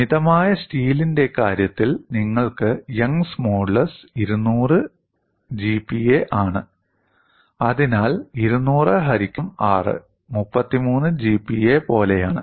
മിതമായ സ്റ്റീലിന്റെ കാര്യത്തിൽ നിങ്ങൾക്ക് യങ്സ് മോഡുലസ് 200 GPa യാണ് അതിനാൽ 200 ഹരിക്കണം 6 33 GPa പോലെയാണ്